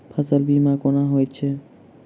फसल बीमा कोना होइत छै?